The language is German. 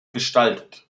gestaltet